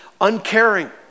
uncaring